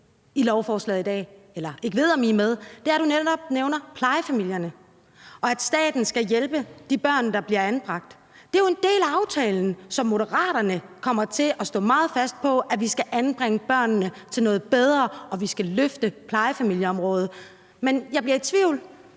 lovforslaget i dag, og at du netop nævner plejefamilierne, og at staten skal hjælpe de børn, der bliver anbragt. Det er jo en del af aftalen. Så Moderaterne kommer til at stå meget fast på, at vi skal anbringe børnene til noget bedre og løfte plejefamilieområdet. Men jeg bliver i tvivl: